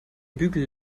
bügel